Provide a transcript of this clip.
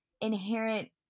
inherent